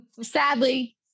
sadly